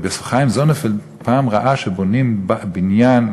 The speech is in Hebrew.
רבי יוסף חיים זוננפלד פעם ראה שבונים בניין,